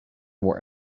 will